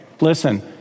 Listen